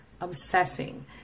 obsessing